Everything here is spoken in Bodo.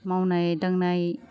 मावनाय दांनाय